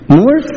more